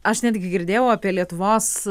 aš netgi girdėjau apie lietuvos